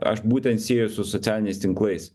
aš būtent sieju su socialiniais tinklais